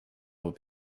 will